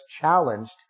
challenged